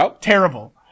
terrible